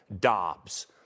Dobbs